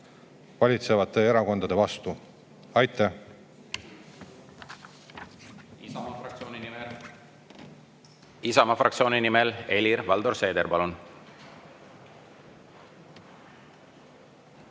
valitsevate erakondade vastu. Aitäh!